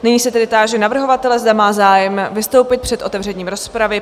Nyní se tedy táži navrhovatele, zda má zájem vystoupit před otevřením rozpravy?